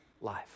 life